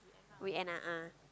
weekend ah ah